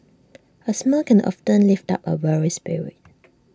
A smile can often lift up A weary spirit